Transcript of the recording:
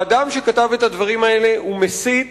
האדם שכתב את הדברים האלה הוא מסית